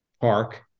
park